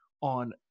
on